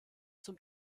zum